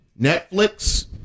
Netflix